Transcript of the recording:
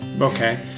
okay